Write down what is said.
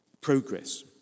progress